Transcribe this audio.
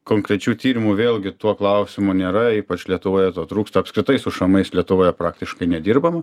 konkrečių tyrimu vėlgi tuo klausimu nėra ypač lietuvoje to trūksta apskritai su šamais lietuvoje praktiškai nedirbama